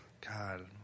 God